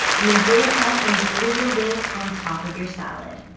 and then go ahead and drizzle this on top of your salad.